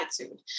attitude